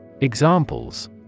Examples